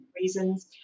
reasons